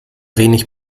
wenig